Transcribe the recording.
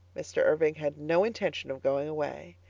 mr. irving had no intention of going away.